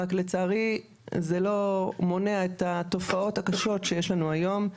רק לצערי זה לא מונע את התופעות הקשות שיש לנו היום.